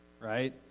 right